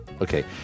Okay